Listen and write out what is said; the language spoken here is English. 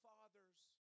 Father's